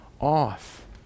off